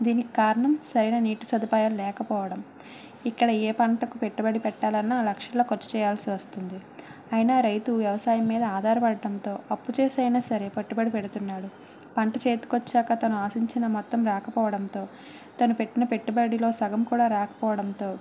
దీనికి కారణం సరైన నీటి సదుపాయాలు లేకపోవడం ఇక్కడ ఏ పంటకు పెట్టుబడి పెట్టాలన్నా లక్షల ఖర్చు చేయాల్సి వస్తుంది అయినా రైతు వ్యవసాయం మీద ఆధారపడటంతో అప్పు చేసి అయిన సరే పెట్టుబడి పెడుతున్నారు పంట చేతికి వచ్చాక తాను ఆశించిన మొత్తం రాకపోవడంతో తను పెట్టిన పెట్టుబడిలో సగం కూడా రాకపోవడంతో